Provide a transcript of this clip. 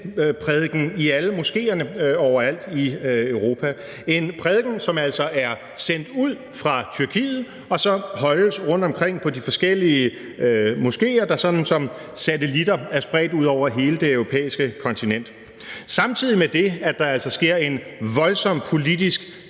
Diyanetprædiken i alle moskéerne overalt i Europa, en prædiken, som altså er sendt ud fra Tyrkiet, og som så holdes rundtomkring i de forskellige moskéer, der sådan som satellitter er spredt ud over hele det europæiske kontinent. Samtidig med at der altså sker en voldsom politisk